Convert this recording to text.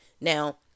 Now